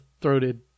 throated